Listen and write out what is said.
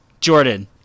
jordan